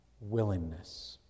Willingness